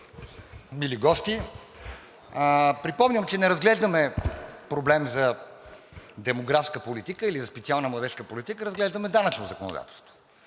мили гости! Припомням, че не разглеждаме проблем за демографска политика или за специална младежка политика, а разглеждаме данъчно законодателство.